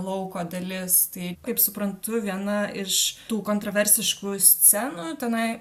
lauko dalis tai kaip suprantu viena iš tų kontroversiškų scenų tenai